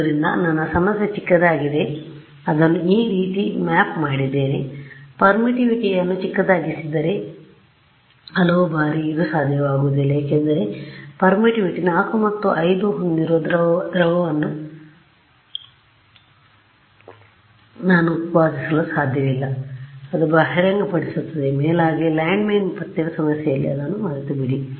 ಆದ್ದರಿಂದ ನನ್ನ ಸಮಸ್ಯೆ ಚಿಕ್ಕದಾಗಿದೆ ಅದನ್ನು ಈ ರೀತಿಯಾಗಿ ಮ್ಯಾಪ್ ಮಾಡಿದ್ದೇನೆ ಪರ್ಮಿಟಿವಿಟಿಯನ್ನು ಚಿಕ್ಕದಾಗಿಸಿದೆ ಆದರೆ ಹಲವು ಬಾರಿ ಇದು ಸಾಧ್ಯವಾಗುವುದಿಲ್ಲ ಏಕೆಂದರೆ ಪರ್ಮಿಟಿವಿಟಿ 4 ಅಥವಾ 5 ಹೊಂದಿರುವ ದ್ರವವನ್ನು ನಾನು ಉತ್ಪಾದಿಸಲು ಸಾಧ್ಯವಿಲ್ಲ ಅದು ಬಹಿರಂಗಪಡಿಸುತ್ತದೆ ಮೇಲಾಗಿ ಲ್ಯಾಂಡ್ಮೈನ್ ಪತ್ತೆ ಸಮಸ್ಯೆಯಲ್ಲಿ ಅದನ್ನು ಮರೆತುಬಿಡಿ